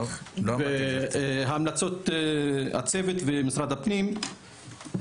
המלצות הצוות ומשרד הפנים,